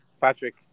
Patrick